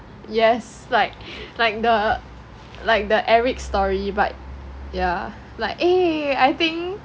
yes like like the like the eric story but yeah like eh I think